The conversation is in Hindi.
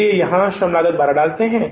इसलिए हम यहां श्रम लागत 12 डालते हैं